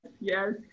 yes